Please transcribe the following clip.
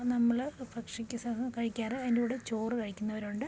നമ്മള് ഭക്ഷിക്ക കഴിക്കാറ് അതിൻ്റെ കൂടെ ചോറ് കഴിക്കുന്നവരുണ്ട്